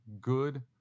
Good